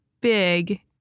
big